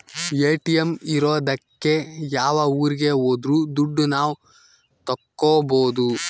ATM ಇರೋದಕ್ಕೆ ಯಾವ ಊರಿಗೆ ಹೋದ್ರು ದುಡ್ಡು ನಾವ್ ತಕ್ಕೊಬೋದು